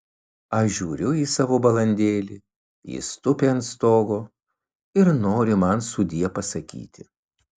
aš žiūriu į savo balandėlį jis tupi ant stogo ir nori man sudie pasakyti